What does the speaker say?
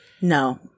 No